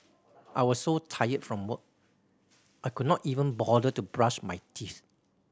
I was so tired from work I could not even bother to brush my teeth